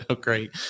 great